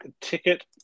ticket